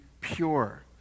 pure